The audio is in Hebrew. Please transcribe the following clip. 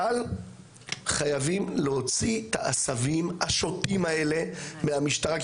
אבל חייבים להוציא את העשבים השוטים האלה מהמשטרה.